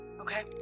Okay